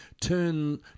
turn